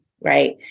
right